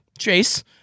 Chase